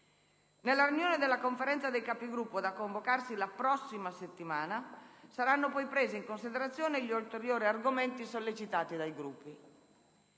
Nella riunione della Conferenza dei Capigruppo da convocarsi la prossima settimana saranno poi presi in considerazioni gli ulteriori argomenti sollecitati dai Gruppi.